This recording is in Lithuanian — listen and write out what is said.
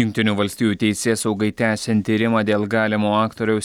jungtinių valstijų teisėsaugai tęsiant tyrimą dėl galimo aktoriaus